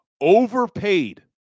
overpaid